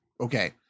okay